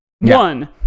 One